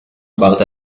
about